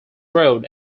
road